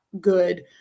good